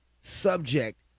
subject